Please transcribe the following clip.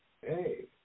Hey